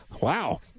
Wow